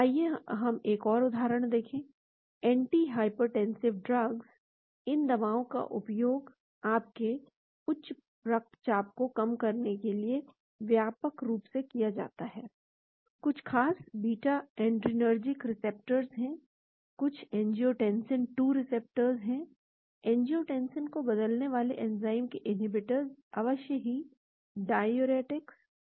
आइए हम एक और उदाहरण देखें एंटीहाइपरटेंसिव ड्रग्स इन दवाओं का उपयोग आपके उच्च रक्तचाप को कम करने के लिए व्यापक रूप से किया जाता है कुछ खास बीटा एड्रीनर्जिक रिसेप्टर्स हैं कुछ एंजियोटेंसिन 2 रिसेप्टर्स हैं एंजियोटेंसिन को बदलने वाले एंजाइम के इन्हींबिटर्स अवश्य ही डाययूरेटिक्स